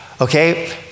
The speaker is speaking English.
Okay